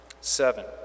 Seven